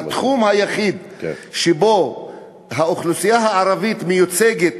שהתחום היחיד שבו האוכלוסייה הערבית מיוצגת